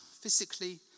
physically